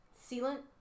sealant